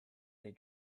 they